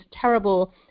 terrible